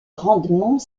grandement